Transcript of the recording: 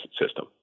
system